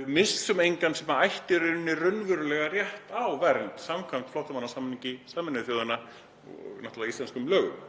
við missum engan sem ætti raunverulega rétt á vernd samkvæmt flóttamannasamningi Sameinuðu þjóðanna og náttúrlega íslenskum lögum.